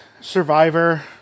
Survivor